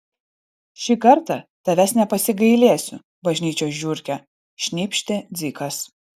šį kartą tavęs nepasigailėsiu bažnyčios žiurke šnypštė dzikas